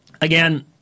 Again